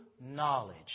knowledge